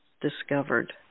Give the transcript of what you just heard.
discovered